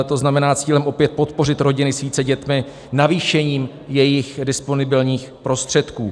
To znamená, cílem je opět podpořit rodiny s více dětmi navýšením jejich disponibilních prostředků.